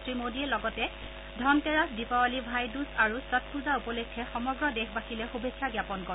শ্ৰী মোদীয়ে লগতে ধনতেৰাছ দিপাবলী ভাইদুজ আৰু ছট পুজা উপলক্ষে সমগ্ৰ দেশবাসীলৈ শুভেচ্ছা জ্ঞাপন কৰে